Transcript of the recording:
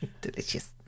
delicious